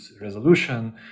resolution